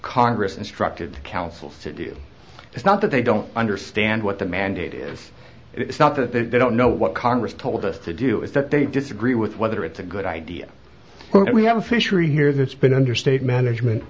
congress instructed council city it's not that they don't understand what the mandate is it's not that they don't know what congress told us to do is that they disagree with whether it's a good idea when we have a fishery here that's been under state management